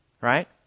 Right